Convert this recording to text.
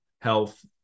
health